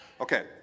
Okay